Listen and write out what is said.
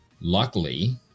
luckily